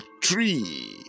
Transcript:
tree